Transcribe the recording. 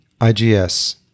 IGS